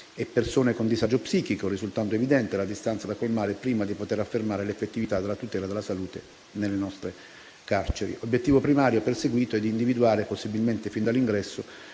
le persone con disagio psichico, risultando evidente la distanza da colmare prima di poter affermare l'effettività della tutela della salute nelle nostre carceri. Obiettivo primario perseguito è quello di individuare, possibilmente fin dall'ingresso,